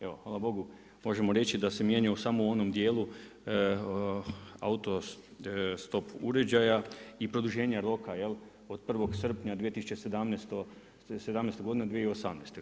Evo hvala Bogu možemo reći da se mijenja samo u onom dijelu autostop uređaja i produženja roka od 1. srpnja 2017.-2018.